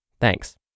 Thanks